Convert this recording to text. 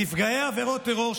נפגעי עבירות טרור,